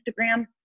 Instagram